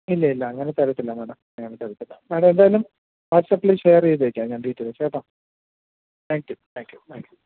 ഇല്ല ഇല്ല അങ്ങനെ തരത്തില്ല മാഡം അങ്ങനെ തരത്തില്ല മാഡം എന്തായാലും വാട്സപ്പില് ഷെയർ ചെയ്തേക്കാം ഞാൻ ഡീറ്റെൽ കേട്ടോ thank you thank you thank you